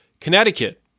Connecticut